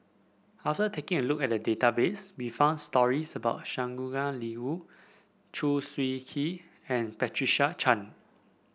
after taking a look at the database we found stories about Shangguan Liuyun Choo Seng Quee and Patricia Chan